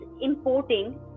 importing